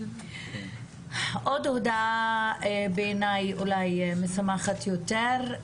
עוד הודעה, בעיניי אולי משמחת יותר.